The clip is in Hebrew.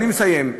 אני מסיים.